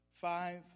five